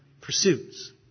pursuits